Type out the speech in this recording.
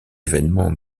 événements